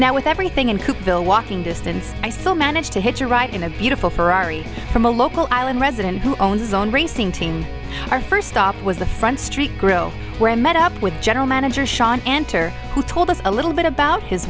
now with everything and still walking distance i still managed to hitch a ride in a beautiful ferrari from a local island resident who owns his own racing team our first stop was the front street grill met up with general manager sean enter he told us a little bit about his